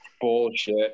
bullshit